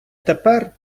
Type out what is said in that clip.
тепер